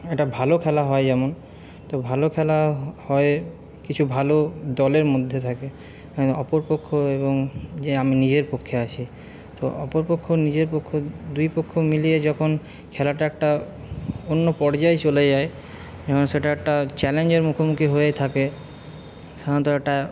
একটা ভালো খেলা হয় যেমন তো ভালো খেলা হয় কিছু ভালো দলের মধ্যে থাকে অপরপক্ষ এবং যে আমি নিজের পক্ষে আসি তো অপর পক্ষ নিজের পক্ষ দুই পক্ষ মিলিয়ে যখন খেলাটা একটা অন্য পর্যায়ে চলে যায় সেটা একটা চ্যালেঞ্জের মুখোমুখি হয়ে থাকে সাধারণত একটা